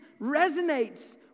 resonates